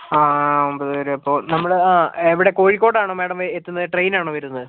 ആ ആ ഒമ്പത് പേര് അപ്പോൾ നമ്മൾ എവിടെ കോഴിക്കോട് ആണോ മാഡം എത്തുന്നത് ട്രെയിനിന് ആണോ വരുന്നത്